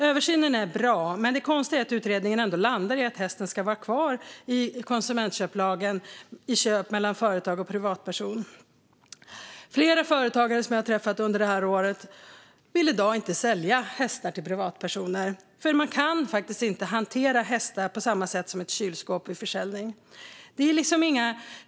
Översynen är bra, men det konstiga är att utredningen ändå landar i att hästen ska vara kvar i konsumentköplagen i köp mellan företag och privatperson. Flera företagare som jag har träffat under det här året vill i dag inte sälja hästar till privatpersoner, för man kan inte hantera hästar på samma sätt som ett kylskåp vid försäljning.